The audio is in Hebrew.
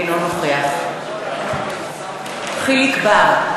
אינו נוכח יחיאל חיליק בר,